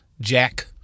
Jack